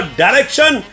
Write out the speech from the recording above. direction